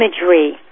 imagery